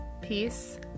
Peace